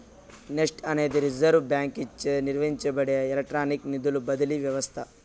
NEFT అనేది reserve బాంకీచే నిర్వహించబడే ఎలక్ట్రానిక్ నిధుల బదిలీ వ్యవస్త